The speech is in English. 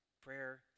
Prayer